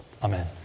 Amen